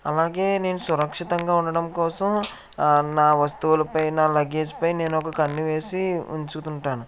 అలాగే నేను సురక్షితంగా ఉండడం కోసం నా వస్తువుల పైన లగేజ్ పై నేను ఒక కన్ను వేసి ఉంచుతుంటాను